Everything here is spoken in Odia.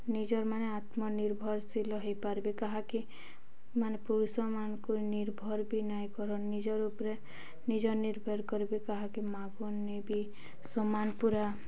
ନିଜର ମାନେ ଆତ୍ମନିର୍ଭରଶୀଳ ହେଇପାରବେ କାହାକି ମାନେ ପୁରୁଷମାନଙ୍କୁ ନିର୍ଭର ବି ନାଇଁ କରନ୍ ନିଜର ଉପରେ ନିଜ ନିର୍ଭର କରିବେ କାହାକି ମାଗୁନ୍ ନି ବିି ସମାନ ପୁରା